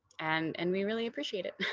and and we really appreciate it.